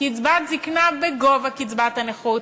קצבת זיקנה בגובה קצבת הנכות.